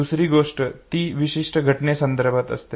दुसरी गोष्ट ती विशिष्ट घटने संदर्भात असते